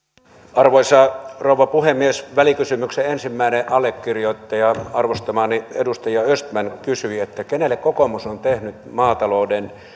arvoisa rouva puhemies välikysymyksen ensimmäinen allekirjoittaja arvostamani edustaja östman kysyi kenelle kokoomus on tehnyt maatalouden